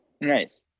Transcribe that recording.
nice